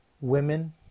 women